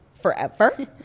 forever